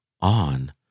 on